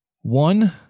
One